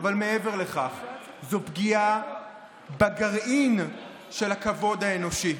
אבל מעבר לכך, זו פגיעה בגרעין של הכבוד האנושי.